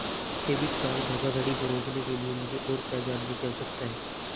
Debit card धोखाधड़ी को रोकने के लिए मुझे और क्या जानने की आवश्यकता है?